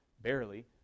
barely